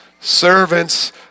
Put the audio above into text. servants